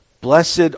blessed